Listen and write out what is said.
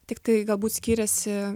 tiktai galbūt skyrėsi